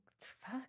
fuck